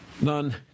none